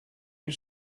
you